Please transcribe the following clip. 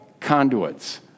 conduits